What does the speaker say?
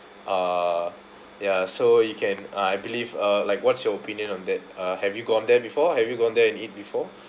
uh ya so you can I believe uh like what's your opinion on that uh have you gone there before have you gone there and eat before